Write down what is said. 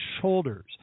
shoulders